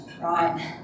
right